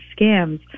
scams